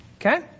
Okay